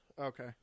Okay